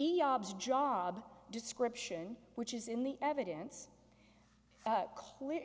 yobs job description which is in the evidence clip